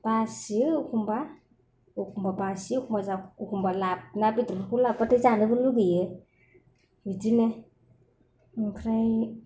बासियो एखमब्ला एखमब्ला बासियो एखमब्ला जायो एखमब्ला ना बेदरफोरखौ लाबोना जानोबो लुगैयो बिदिनो ओमफ्राय